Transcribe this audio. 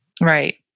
Right